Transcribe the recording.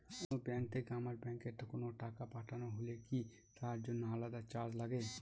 অন্য ব্যাংক থেকে আমার ব্যাংকে কোনো টাকা পাঠানো হলে কি তার জন্য আলাদা চার্জ লাগে?